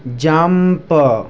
jump